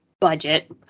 budget